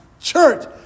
church